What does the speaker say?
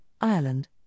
Ireland